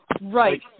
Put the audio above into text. Right